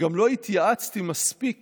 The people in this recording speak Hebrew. וגם לא התייעצתי מספיק